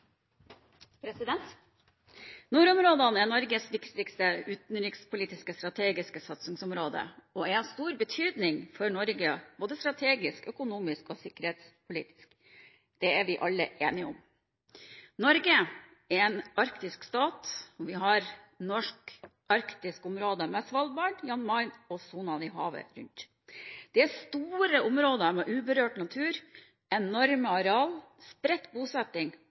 Nordområdene er Norges viktigste utenrikspolitiske strategiske satsingsområde og er av stor betydning for Norge, både strategisk, økonomisk og sikkerhetspolitisk. Det er vi alle enige om. Norge er en arktisk stat; vi har norsk arktisk område med Svalbard, Jan Mayen og sonene i havet rundt. Det er store områder med uberørt natur, enorme arealer, spredt bosetting